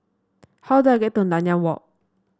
how do I get to Nanyang Walk